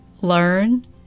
learn